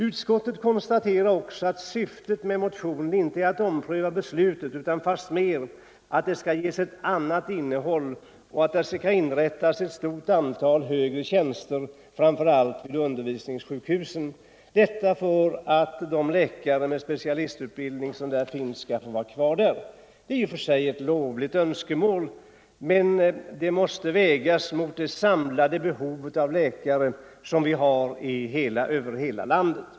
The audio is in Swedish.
Utskottet konstaterar också att syftet med motionen inte är att ompröva beslutet om LP 77 utan fastmer att det skall ges ett annat innehåll och att det skall inrättas ett stort antal högre tjänster, framför allt vid undervisningssjukhusen, för att de läkare som har specialistutbildning skall få vara kvar där. Det är i och för sig ett vällovligt önskemål, men det måste vägas mot det samlade behovet av läkare i hela landet.